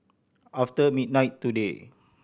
after midnight today